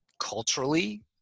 culturally